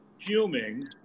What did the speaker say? fuming